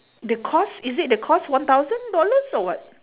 the cost is it the cost one thousand dollars or what